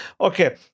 Okay